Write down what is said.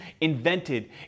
invented